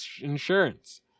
insurance